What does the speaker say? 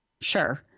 Sure